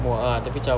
muak ah tapi cam